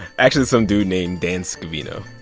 actually, it's some dude named dan scavino.